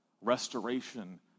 restoration